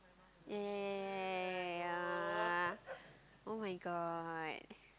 ya ya ya ya ya ya ya ya [oh]-my-god